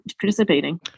participating